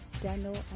Daniel